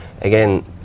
again